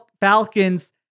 Falcons